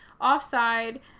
offside